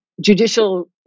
Judicial